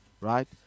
right